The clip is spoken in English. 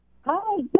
Hi